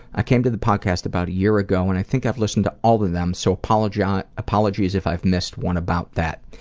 i came to the podcast about a year ago and i think i've listened to all of them, so apologies ah apologies if i've missed one about that.